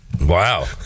Wow